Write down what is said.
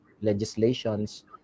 legislations